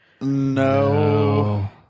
No